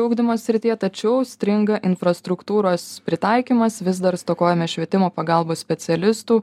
ugdymo srityje tačiau stringa infrastruktūros pritaikymas vis dar stokojame švietimo pagalbos specialistų